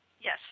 Yes